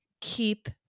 keep